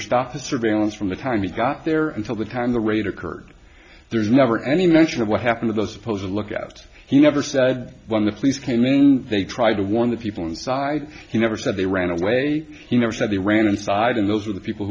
or stop the surveillance from the time he got there until the time the raid occurred there's never any mention of what happened to the supposed lookouts he never said one the police came in they tried to warn the people inside he never said they ran away he never said he ran inside and those are the people